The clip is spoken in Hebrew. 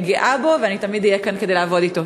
אני גאה בו ואני תמיד אהיה כאן כדי לעבוד אתו.